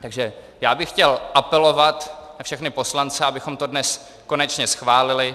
Takže já bych chtěl apelovat na všechny poslance, abychom to dnes konečně schválili.